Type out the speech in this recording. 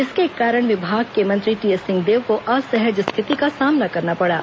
इसके कारण विभाग के मंत्री टीएस सिंहदेव को असहज स्थिति का सामना करना पड़ा